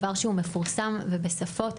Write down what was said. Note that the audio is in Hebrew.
דבר שהוא מפורסם ובשפות,